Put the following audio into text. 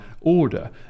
order